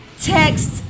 text